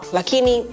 Lakini